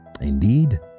Indeed